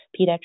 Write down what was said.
Pediatric